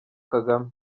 kagame